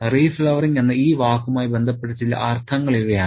reflowering എന്ന ഈ വാക്കുമായി ബന്ധപ്പെട്ട ചില അർത്ഥങ്ങൾ ഇവയാണ്